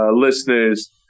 listeners